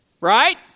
right